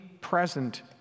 present